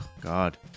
God